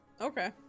Okay